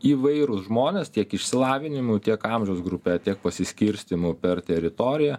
įvairūs žmonės tiek išsilavinimu tiek amžiaus grupe tiek pasiskirstymu per teritoriją